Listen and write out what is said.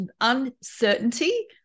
uncertainty